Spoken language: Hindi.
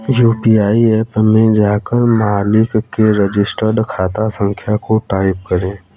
यू.पी.आई ऐप में जाकर मालिक के रजिस्टर्ड खाता संख्या को टाईप करें